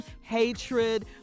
hatred